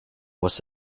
was